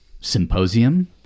symposium